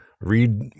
read